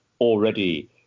already